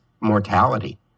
mortality